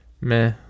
meh